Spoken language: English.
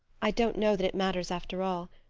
i don't know that it matters after all.